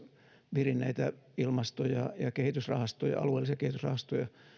virinneitä ilmasto ja ja kehitysrahastoja alueellisia kehitysrahastoja